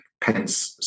Pence